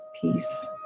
peace